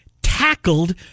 tackled